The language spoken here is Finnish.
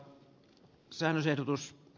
kannatan ed